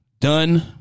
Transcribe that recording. done